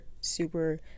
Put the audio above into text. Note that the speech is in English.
super